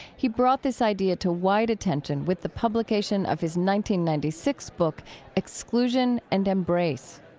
he brought this idea to wide attention with the publication of his ninety ninety six book exclusion and embrace